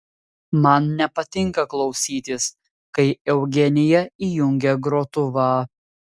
man nepatinka klausytis kai eugenija įjungia grotuvą